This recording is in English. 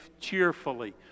cheerfully